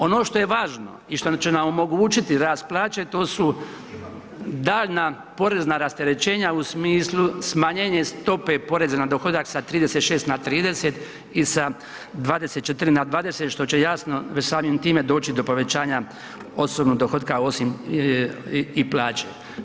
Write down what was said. Ono što je važno i što će nam omogućiti rast plaće, to su daljnja porezna rasterećenja u smislu stope poreza na dohodak sa 36 na 30 i sa 24 na 20 što će jasno već samim time doći do povećanja osobnog dohotka osim i plaće.